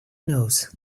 nose